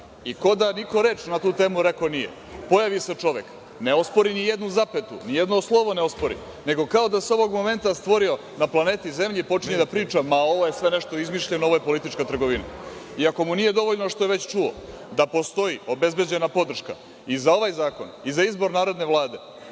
Ko da niko reč na tu temu rekao nije, pojavi se čovek, ne ospori ni jednu zapetu, ni jedno slovo ne ospori, nego kao da se ovog momenta stvorio na planeti Zemlji i počinje da priča – ma ovo je sve nešto izmišljeno, ovo je politička trgovina. Ako mu nije dovoljno što je već čuo da postoji obezbeđena podrška i za ovaj zakon i za izbor narodne Vlade.